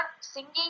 singing